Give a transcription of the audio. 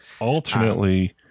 ultimately